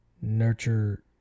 nurture